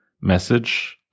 message